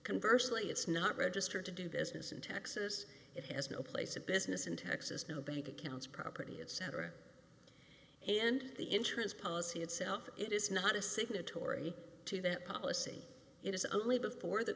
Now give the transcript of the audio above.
converse lee it's not registered to do business in texas it has no place of business in texas no bank accounts property etc and the insurance policy itself it is not a signatory to that policy it is only before the